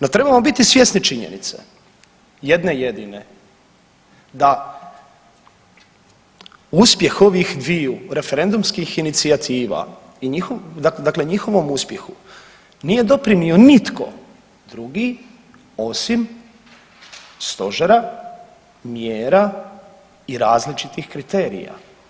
Da trebamo biti svjesni činjenice jedne jedine da uspjeh ovih dviju referendumskih inicijativa, dakle njihovom uspjehu nije doprinio nitko drugi osim Stožera, mjera i različitih kriterija.